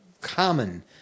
common